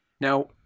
Now